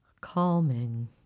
calming